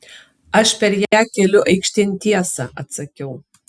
aš per ją keliu aikštėn tiesą atsakiau